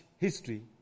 history